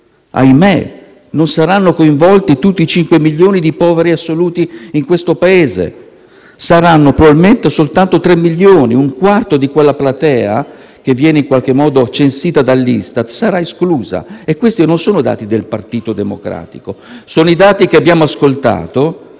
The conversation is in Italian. Ahimè, non saranno coinvolti tutti i 5 milioni di poveri assoluti nel Paese. Saranno probabilmente soltanto 3 milioni e un quarto di quella platea che viene in qualche modo censita dall'Istat, sarà esclusa. Non sono dati del Partito Democratico, ma sono i dati che abbiamo ascoltato